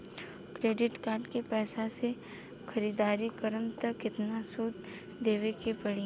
Credit card के पैसा से ख़रीदारी करम त केतना सूद देवे के पड़ी?